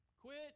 Quit